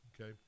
okay